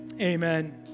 amen